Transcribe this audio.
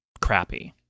crappy